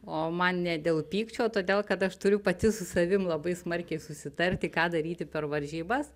o man ne dėl pykčio o todėl kad aš turiu pati su savim labai smarkiai susitarti ką daryti per varžybas